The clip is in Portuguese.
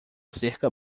cerca